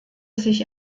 sich